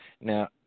Now